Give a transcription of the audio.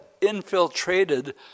infiltrated